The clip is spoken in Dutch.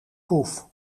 poef